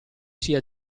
sia